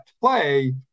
play